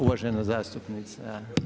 Uvažena zastupnica.